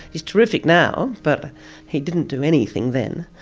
he's terrific now but he didn't do anything then.